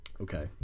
Okay